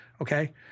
okay